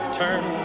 turn